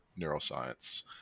neuroscience